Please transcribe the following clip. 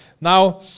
Now